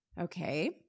Okay